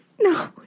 No